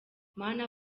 mana